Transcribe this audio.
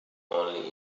only